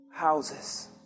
houses